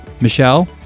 Michelle